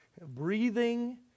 breathing